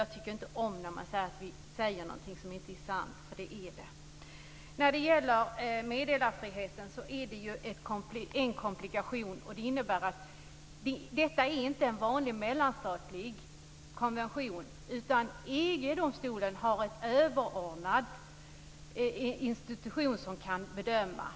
Jag tycker inte om att man påstår att vi säger något som inte är sant, för det är det. När det gäller meddelarfriheten finns en komplikation. Detta är inte en vanlig mellanstatlig konvention, utan EG-domstolen har en överordnad institution som kan göra bedömningar.